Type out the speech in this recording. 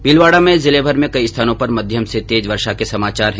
भीलवाडा में जिलेमर में कई स्थानों पर मध्यम से तेज वर्षा होने के समाचार है